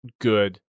good